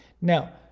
Now